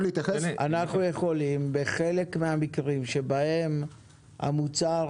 אנחנו יכולים בחלק מהמקרים שבהם מוצר